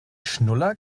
schnuller